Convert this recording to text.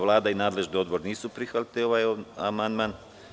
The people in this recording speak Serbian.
Vlada i nadležni odbor nisu prihvatili ovaj amandman.